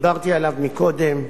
דיברתי עליו קודם לכן,